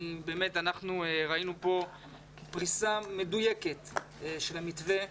אנחנו ראינו כאן פריסה מדויקת של המתווה.